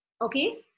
Okay